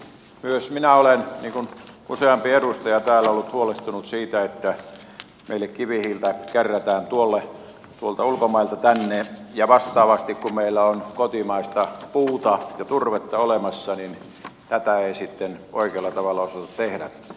myös minä olen niin kuin useampi edustaja täällä on ollut huolestunut siitä että kivihiiltä kärrätään tuolta ulkomailta tänne meille ja vastaavasti kun meillä on kotimaista puuta ja turvetta olemassa tätä ei sitten oikealla tavalla osata tehdä